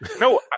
No